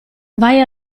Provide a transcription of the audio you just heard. vai